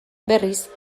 berriz